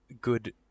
good